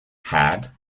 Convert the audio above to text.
had